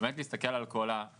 אולי תסתכל על כל הרצף,